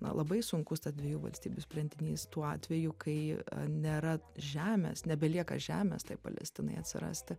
na labai sunkus tas dviejų valstybių sprendinys tuo atveju kai nėra žemės nebelieka žemės tai palestinai atsirasti